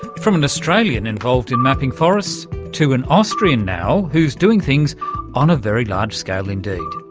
from an australian involved in mapping forests to an austrian now who's doing things on a very large scale indeed.